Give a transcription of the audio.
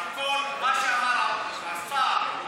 כל מה שאמרו השר,